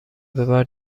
ببر